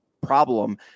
problem